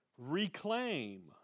reclaim